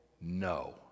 no